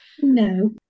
no